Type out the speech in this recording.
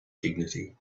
dignity